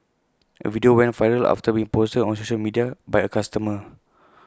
A video went viral after being posted on social media by A customer